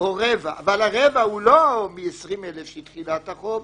או רבע, אבל הרבע הוא לא מ-20,000 של תחילת החוב,